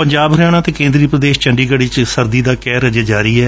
ਪੰਜਾਬ ਹਰਿਆਣਾ ਅਤੇ ਕੇਂਦਰੀ ਪ੍ਰਦੇਸ਼ ਚੰਡੀਗੜ੍ ਵਿਚ ਸਰਦੀ ਦਾ ਕਹਿਰ ਅਜੇ ਜਾਰੀ ਏ